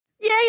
Yay